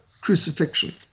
crucifixion